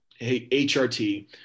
HRT